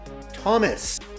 Thomas